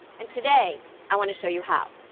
and today, i want to show you how.